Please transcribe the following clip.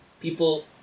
people